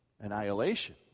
annihilation